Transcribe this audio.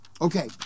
Okay